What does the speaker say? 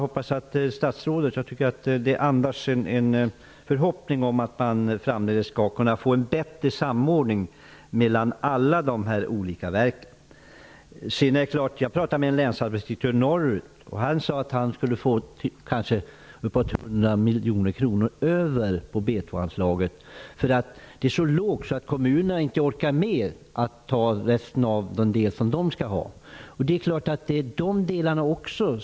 Det andas ju här en förhoppning om att man framledes skall få bättre samordning mellan alla de olika verken. Jag har pratat med en länsarbetsdirektör norrut. Han sade att han kanske skulle få bortåt 100 miljoner kronor över på B 2-anslaget. Det är nämligen så lågt att kommunerna inte orkar med att ta den del som ankommer på dem. Sådana saker är också väldigt viktiga.